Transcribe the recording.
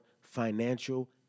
financial